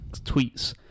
tweets